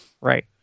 Right